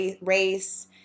race